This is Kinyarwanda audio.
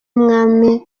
mwami